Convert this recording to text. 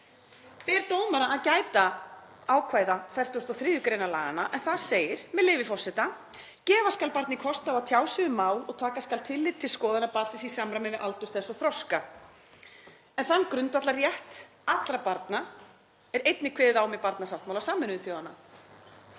Ber dómara að gæta ákvæða 43. gr. laganna en þar segir, með leyfi forseta: „Gefa skal barni kost á að tjá sig um mál og taka skal tillit til skoðana barnsins í samræmi við aldur þess og þroska.“ Þann grundvallarrétt allra barna er einnig kveðið á um í barnasáttmála Sameinuðu þjóðanna.